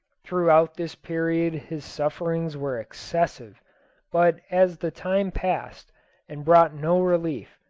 throughout this period his sufferings were excessive but as the time passed and brought no relief,